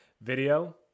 Video